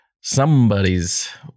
Somebody's